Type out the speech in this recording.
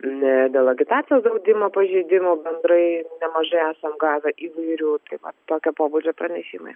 na dėl agitacijos draudimo pažeidimų bendrai nemažai esam gavę įvairių tai va tokio pobūdžio pranešimai